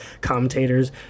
commentators